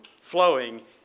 flowing